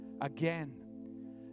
again